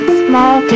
small